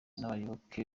n’abayoboke